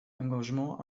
engagement